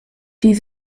die